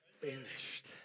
finished